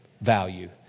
value